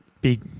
big